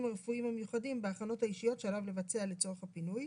הרפואיים מיוחדים בהכנות האישיות שעליו לבצע לצורך הפינוי.